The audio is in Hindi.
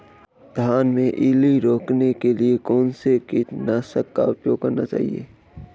धान में इल्ली रोकने के लिए कौनसे कीटनाशक का प्रयोग करना चाहिए?